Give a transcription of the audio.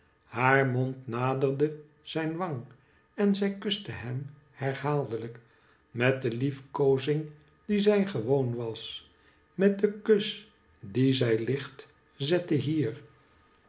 haar mond naderde zijn wang en zij kuste hem herhaaldelijk met de liefkoozing die zij gewoon was met den kus dien zij licht ette hier